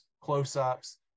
close-ups